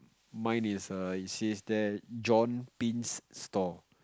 mine is a it says there John Pince store